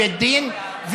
בית דין,